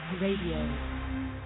Radio